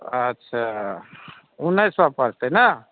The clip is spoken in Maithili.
आच्छा उन्नैस सए पड़तै ने